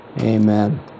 Amen